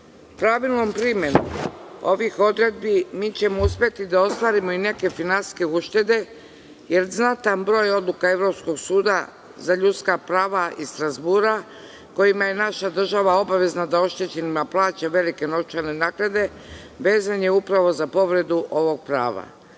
Pravilnom primenom ovih odredbi mi ćemo uspeti da ostvarimo neke finansijske uštede jer znatan broj odluka Evropskog suda za ljudska prava iz Strazbura kojima je naša država obavezna da oštećenima plaća velike novčane naknade vezan je upravo za povredu ovog